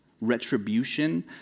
retribution